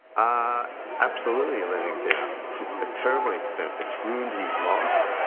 ah. absolutely, it let him down to a terrible extent. it's ruined his life.